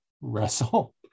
wrestle